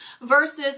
versus